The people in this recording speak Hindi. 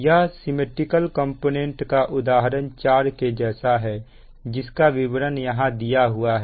यह सिमिट्रिकल कंपोनेंट का उदाहरण 4 कि जैसा है जिसका विवरण यहां दिया हुआ है